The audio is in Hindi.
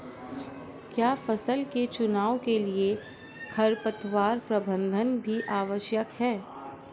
क्या फसल के चुनाव के लिए खरपतवार प्रबंधन भी आवश्यक है?